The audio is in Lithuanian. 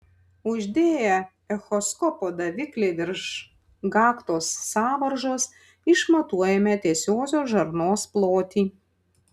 uždėję echoskopo daviklį virš gaktos sąvaržos išmatuojame tiesiosios žarnos plotį